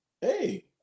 Hey